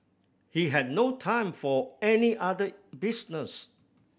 he had no time for any other business